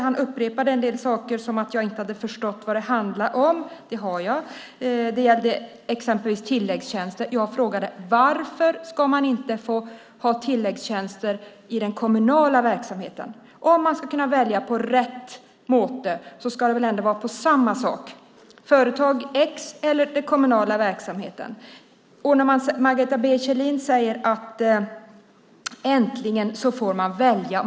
Han upprepade en del saker, som att jag inte hade förstått vad det handlar om. Det har jag. Det gällde exempelvis tilläggstjänster. Jag frågade varför man inte ska få ha tilläggstjänster i den kommunala verksamheten. Om man ska kunna välja på rätt sätt ska det väl gälla samma sak, företag X eller den kommunala verksamheten. Margareta B Kjellin säger att äntligen får man välja.